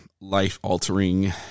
life-altering